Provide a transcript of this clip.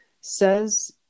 says